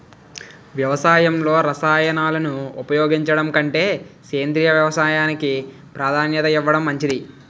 వ్యవసాయంలో రసాయనాలను ఉపయోగించడం కంటే సేంద్రియ వ్యవసాయానికి ప్రాధాన్యత ఇవ్వడం మంచిది